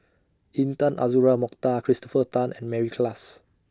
Intan Azura Mokhtar Christopher Tan and Mary Klass